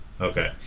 Okay